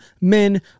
men